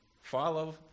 follow